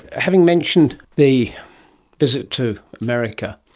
having mentioned the visit to america,